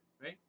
Right